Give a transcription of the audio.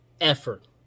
Effort